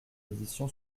audition